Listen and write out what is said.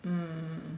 mm